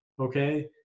okay